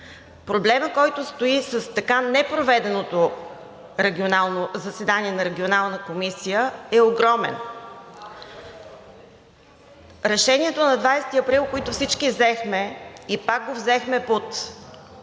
Проблемът, който стои с така непроведеното заседание на Регионална комисия, е огромен. Решението на 20 април, което всички взехме, и пак го взехме